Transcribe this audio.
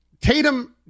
Tatum